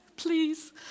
Please